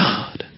God